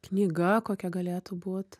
knyga kokia galėtų būt